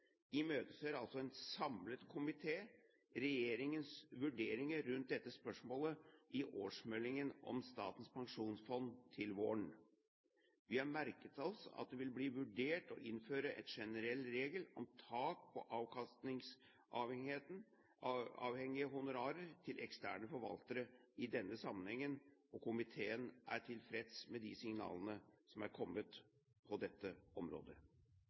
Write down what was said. imøteser altså en samlet komité regjeringens vurderinger rundt dette spørsmålet i årsmeldingen om Statens pensjonsfond til våren. Vi har merket oss at det vil bli vurdert å innføre en generell regel om tak på avkastningsavhengige honorarer til eksterne forvaltere i denne sammenhengen, og komiteen er tilfreds med de signalene som er kommet på dette området.